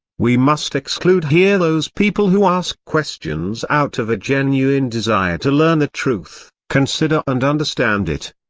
we must exclude here those people who ask questions out of a genuine desire to learn the truth, consider and understand it.